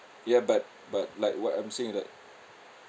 ya but but like what I'm saying that